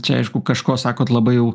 čia aišku kažko sakot labai jau